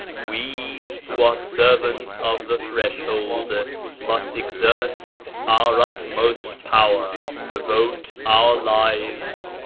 we who are servants of the threshold must exert our utmost power, devote our lives,